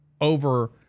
over